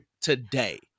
today